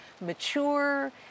mature